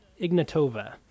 Ignatova